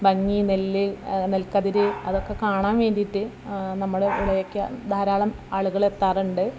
ഭംഗി നെല്ല് നെൽക്കതിർ അതൊക്ക കാണാൻ വേണ്ടിയിട്ട് നമ്മൾ ഇവിടെയൊക്കെയാണ് ധാരാളം ആളുകൾ എത്താറുണ്ട്